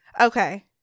Okay